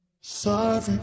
Sorry